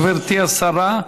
גברתי השרה,